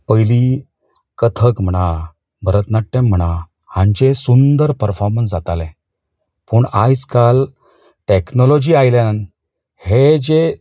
पयली कथक म्हणा भरतनाट्यम म्हणा हांचे सुंदर पर्फोमन्स जातालें पूण आयज काल टॅक्नोलॉजी आयल्यान हे जे